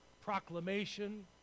proclamation